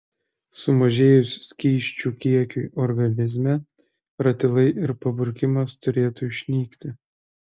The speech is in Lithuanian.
sumažėjus skysčių kiekiui organizme ratilai ir paburkimas turėtų išnykti